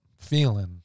feeling